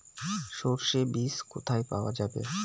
সর্ষে বিজ কোথায় পাওয়া যাবে?